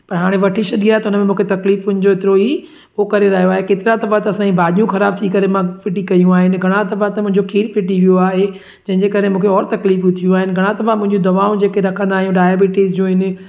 पर हाणे वठी छॾी आहे त हुन में मूंखे तकलीफ़ुनि जो हेतिरो ई उहो करे रहियो आहे केतिरा दफ़ा त असांजी भाॼियूं ख़राबु थी करे मां फिटी कयूं आहिनि ऐं घणा दफ़ा त मुंहिंजो खीरु फिटी वियो आहे जंहिंजे करे मूंखे और तकलीफ़ूं थियूं आहिनि घणा दफ़ा मुंहिंजियूं दवाऊं जेके रखंदा आहियूं डायबिटीज़ जो आहिनि